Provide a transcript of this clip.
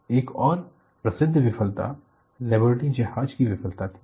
एक और प्रसिद्ध विफलता लिबर्टी जहाज की विफलता थी